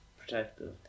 Protective